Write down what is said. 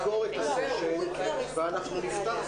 12:10.